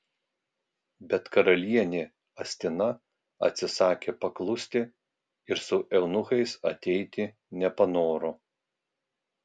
bet karalienė astina atsisakė paklusti ir su eunuchais ateiti nepanoro